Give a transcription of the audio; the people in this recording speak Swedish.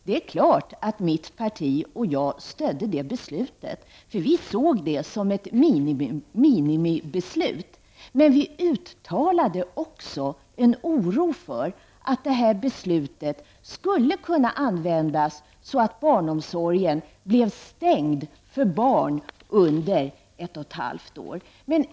Det är klart att mitt parti och jag stödde det beslutet, eftersom vi såg det som ett minimibeslut. Men vi uttalade också en oro för att detta beslut skulle kunna användas så att barnomsorgen blev stängd för barn under ett och ett halvt år.